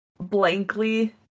blankly